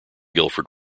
guildford